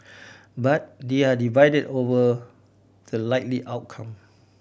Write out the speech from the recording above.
but they are divided over the likely outcome